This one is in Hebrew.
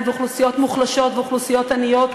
ואוכלוסיות מוחלשות ואוכלוסיות עניות,